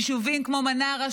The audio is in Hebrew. יישובים כמו מנרה,